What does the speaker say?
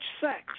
sex